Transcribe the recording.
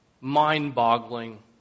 mind-boggling